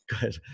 good